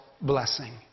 blessing